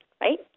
right